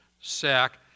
sack